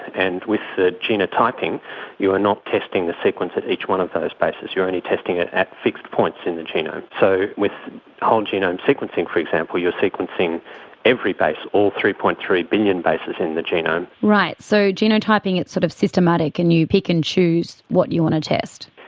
and with the genotyping you are not testing the sequence at each one of those bases, you are only testing it at fixed points in the genome. so with whole genome sequencing, for example, you're sequencing every base, all three. three billion bases in the genome. right, so genotyping, it's sort of systematic and you pick and choose what you want to test.